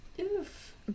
Oof